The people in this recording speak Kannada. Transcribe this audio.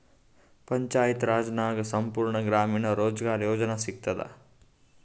ಪಂಚಾಯತ್ ರಾಜ್ ನಾಗ್ ಸಂಪೂರ್ಣ ಗ್ರಾಮೀಣ ರೋಜ್ಗಾರ್ ಯೋಜನಾ ಸಿಗತದ